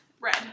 Red